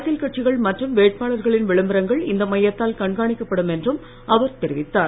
அரசியல் கட்சிகள் மற்றும் வேட்பாளர்களின் விளம்பரங்கள் இந்த மையத்தால் கண்காணிக்கப் படும் என்று அவர் தெரிவித்தார்